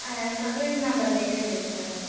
ആ എന്നാൽ ഈ നമ്പറിലേക്ക് വിളിച്ചാൽ മതി